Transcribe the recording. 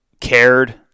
cared